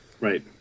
right